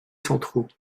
centraux